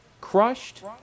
crushed